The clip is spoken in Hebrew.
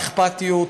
אכפתיות,